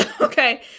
Okay